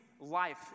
life